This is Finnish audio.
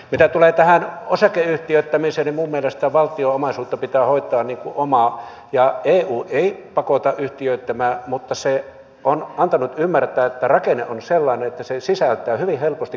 mitä tulee tähän osakeyhtiöittämiseen minun mielestäni valtion omaisuutta pitää hoitaa niin kuin omaa ja eu ei pakota yhtiöittämään mutta se on antanut ymmärtää että rakenne on sellainen että se sisältää hyvin helposti kiellettyä valtiontukea